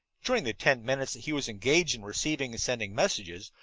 during the ten minutes that he was engaged in receiving and sending messages,